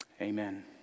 Amen